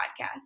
podcast